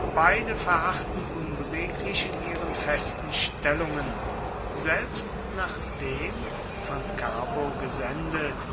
beide verharrten unbeweglich in ihren festen stellungen selbst nachdem von carbo gesendet